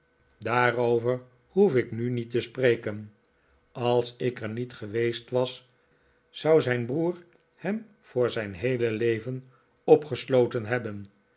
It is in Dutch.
daarover hoef ik nu niet te spreken als ik er niet geweest was zou zijn broer hem voor zijn heele leven opgesloten hebben